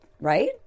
right